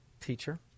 teacher